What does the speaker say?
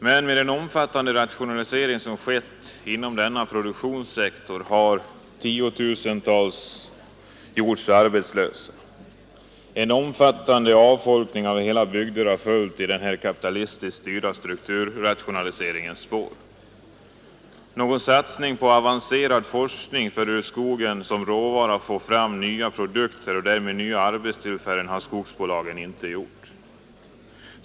Men med den omfattande rationalisering som skett inom denna produktionssektor har tiotusentals gjorts arbetslösa. En omfattande avfolkning av hela bygder har följt i den kapitalistiskt styrda strukturrationaliseringens spår. Någon satsning på avancerad forskning för att ur skogen som råvara få fram nya produkter och därmed nya arbetstillfällen har skogsbolagen inte gjort.